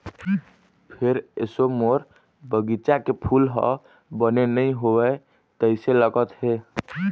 फेर एसो मोर बगिचा के फूल ह बने नइ होवय तइसे लगत हे